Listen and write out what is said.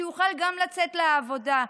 שיוכל לצאת לעבודה.